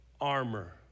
armor